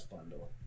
bundle